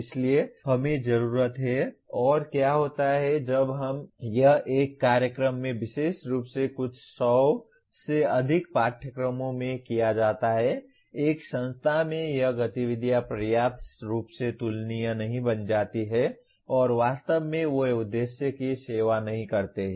इसलिए हमें जरूरत है और क्या होता है जब यह एक कार्यक्रम में विशेष रूप से कुछ सौ से अधिक पाठ्यक्रमों में किया जाता है एक संस्था में यह गतिविधियां पर्याप्त रूप से तुलनीय नहीं बन जाती हैं और वास्तव में वे उद्देश्य की सेवा नहीं करते हैं